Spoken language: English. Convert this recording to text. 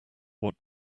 what